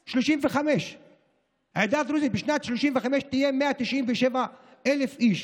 2035. העדה הדרוזית בשנת 2035 תהיה 197,000 איש,